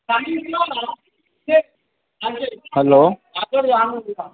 hello